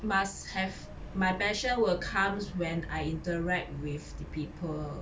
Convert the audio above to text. must have my passion will comes when I interact with the people